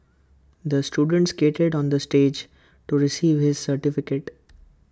the student skated onto the stage to receive his certificate